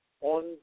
on